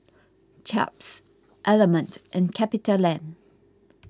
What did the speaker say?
Chaps Element and CapitaLand